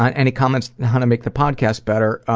ah any comments how to make the podcast better,